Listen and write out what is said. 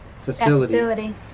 facility